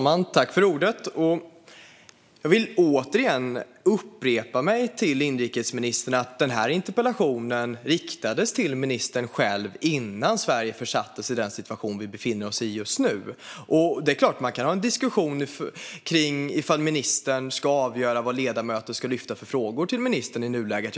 Fru talman! Jag vill återigen upprepa för inrikesministern att den här interpellationen riktades till ministern själv innan Sverige hamnade i den situation som vi befinner oss i just nu. Man kan såklart ha en diskussion om ministern ska avgöra vilka frågor ledamöter ska få lyfta till ministern i nuläget.